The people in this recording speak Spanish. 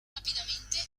rápidamente